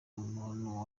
umuntu